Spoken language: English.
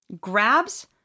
grabs